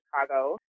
Chicago